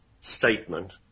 statement